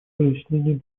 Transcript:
разъяснением